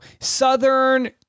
Southern